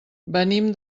venim